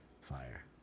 Fire